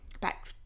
back